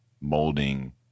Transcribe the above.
molding